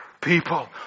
people